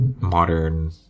modern